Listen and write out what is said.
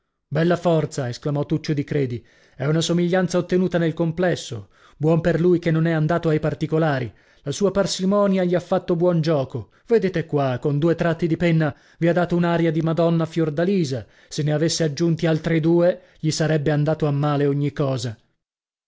bella forza esclamò tuccio di credi è una somiglianza ottenuta nel complesso buon per lui che non è andato ai particolari la sua parsimonia gli ha fatto buon giuoco vedete qua con due tratti di penna vi ha data un'aria di madonna fiordalisa se ne avesse aggiunti altri due gli sarebbe andato a male ogni cosa